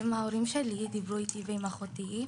ההורים שלי דיברו איתי ועם אחותי,